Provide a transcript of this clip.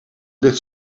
ligt